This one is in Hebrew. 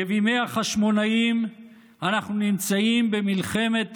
כבימי החשמונאים אנחנו נמצאים במלחמת תרבות.